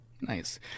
Nice